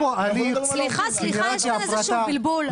סליחה, סליחה, יש כאן איזשהו בלבול.